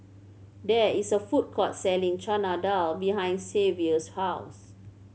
there is a food court selling Chana Dal behind Xavier's house